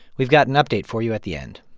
we've got an update for you at the end